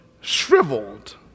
shriveled